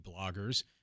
bloggers